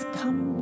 come